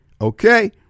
Okay